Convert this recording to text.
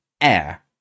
Air